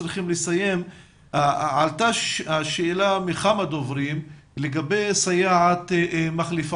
עלתה שאלה מכמה דוברים לגבי סייעת מחליפה